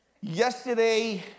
Yesterday